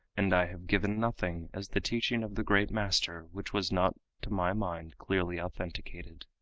and i have given nothing as the teaching of the great master which was not to my mind clearly authenticated.